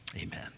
amen